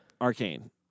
Arcane